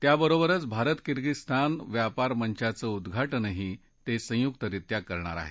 त्याबरोबरच भारत किर्गिझस्तान व्यापार मंचाचं उद्घाटनही ते संयुक्तरीत्या करणार आहेत